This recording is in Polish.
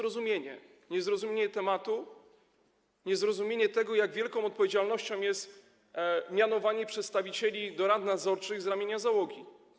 To niezrozumienie tematu, niezrozumienie tego, jak wielką odpowiedzialnością jest mianowanie przedstawicieli do rad nadzorczych z ramienia załogi.